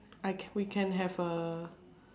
I can we can have a